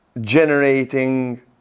generating